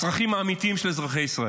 הצרכים האמיתיים של אזרחי ישראל.